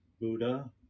buddha